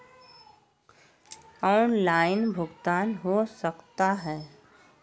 Online भुगतान हो सकता है?